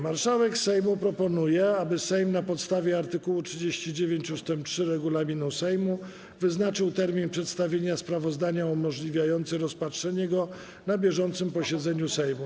Marszałek Sejmu proponuje, aby Sejm na podstawie art. 39 ust. 3 regulaminu Sejmu wyznaczył termin przedstawienia sprawozdania umożliwiający rozpatrzenie go na bieżącym posiedzeniu Sejmu.